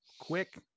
quick